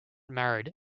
married